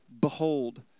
behold